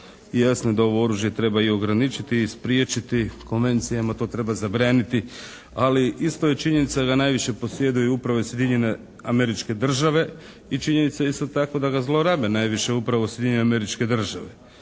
jasno je da ovo oružje treba i ograničiti i spriječiti, konvencijama to treba zabraniti. Ali isto je činjenica da najviše posjeduju upravo i Sjedinjene Američke Države i činjenica isto tako da ga zlorabe najviše upravo Sjedinjene Američke Države.